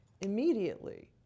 immediately